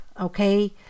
Okay